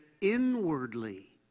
inwardly